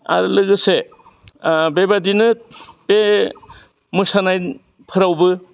आरो लोगोसे बेबादिनो बे मोसानायफोरावबो